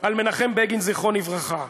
על מנחם בגין, זיכרונו לברכה.